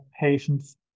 patients